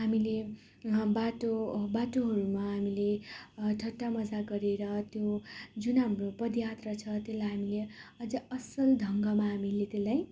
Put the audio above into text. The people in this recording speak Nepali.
हामीले बाटो बाटोहरूमा हामीले ठट्टा मजाक गरेर त्यो जुन हाम्रो पदयात्रा छ त्यसलाई हामीले अझै असल ढङ्गमा हामीले त्यसलाई